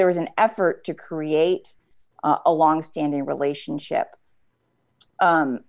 there was an effort to create a long standing relationship